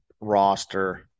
roster